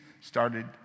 started